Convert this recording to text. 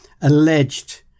alleged